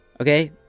Okay